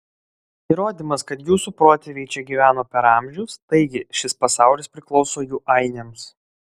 įrodymas kad jūsų protėviai čia gyveno per amžius taigi šis pasaulis priklauso jų ainiams